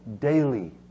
daily